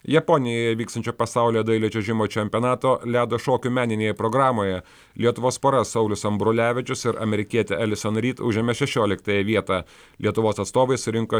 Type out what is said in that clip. japonijoje vykstančio pasaulio dailiojo čiuožimo čempionato ledo šokių meninėje programoje lietuvos pora saulius ambrulevičius ir amerikietė elison rid užėmė šešioliktąją vietą lietuvos atstovai surinko